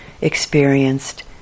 experienced